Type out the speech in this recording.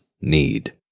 need